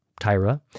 Tyra